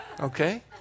Okay